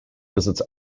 visits